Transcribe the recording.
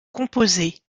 composées